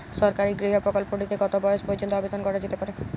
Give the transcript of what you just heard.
সরকারি গৃহ প্রকল্পটি তে কত বয়স পর্যন্ত আবেদন করা যেতে পারে?